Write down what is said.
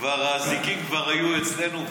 האזיקים כבר היו אצלנו,